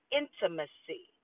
intimacy